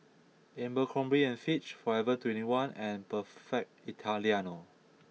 Abercrombie and Fitch Forever Twenty One and Perfect Italiano